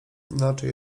inaczej